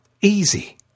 Easy